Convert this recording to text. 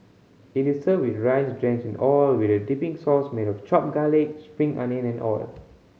it is served with rice drenched in oil with a dipping sauce made of chopped garlic spring onion and oil